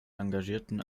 engagierten